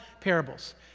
parables